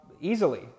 easily